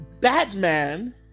Batman